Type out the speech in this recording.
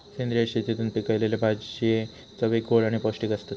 सेंद्रिय शेतीतून पिकयलले भाजये चवीक गोड आणि पौष्टिक आसतत